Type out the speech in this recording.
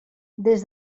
des